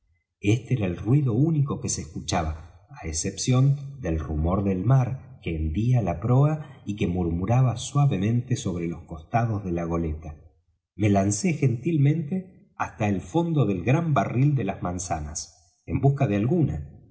este era el ruido único que se escuchaba á excepción del rumor del mar que hendía la proa y que murmuraba suavemente sobre los costados de la goleta me lancé gentilmente hasta el fondo del gran barril de las manzanas en busca de alguna